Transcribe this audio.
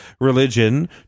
Religion